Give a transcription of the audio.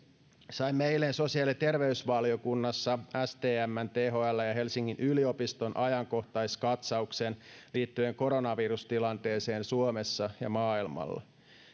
saimme eilen sosiaali ja terveysvaliokunnassa stmn thln ja helsingin yliopiston ajankohtaiskatsauksen liittyen koronavirustilanteeseen suomessa ja maailmalla